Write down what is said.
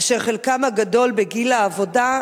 אשר חלקם הגדול בגיל העבודה,